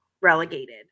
relegated